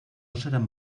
seran